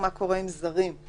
מה קורה עם זרים?